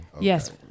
Yes